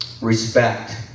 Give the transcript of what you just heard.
respect